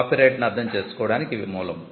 copyright ను అర్థం చేసుకోవడానికి ఇవి మూలం